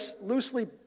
loosely